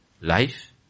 life